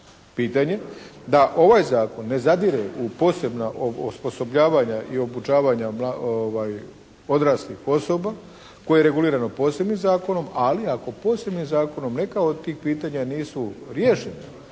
pitanje da ovaj zakon ne zadire u posebna osposobljavanja i obučavanja odraslih osoba koje je regulirano posebnim zakonom. Ali ako posebnim zakonom neka od tih pitanja nisu riješena,